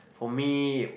for me